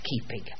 keeping